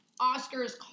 Oscar's